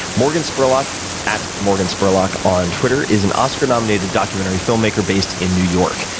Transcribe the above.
morgan spurlock at morganspurlock on twitter is an oscar nominated documentary film maker based in new york,